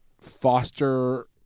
foster